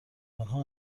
آنها